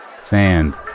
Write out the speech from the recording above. Sand